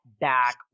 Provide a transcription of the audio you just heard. back